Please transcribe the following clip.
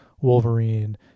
wolverine